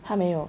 他没有